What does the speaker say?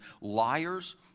liars